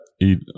eat